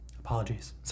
Apologies